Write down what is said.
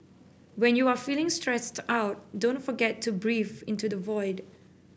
when you are feeling stressed out don't forget to breathe into the void